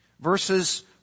verses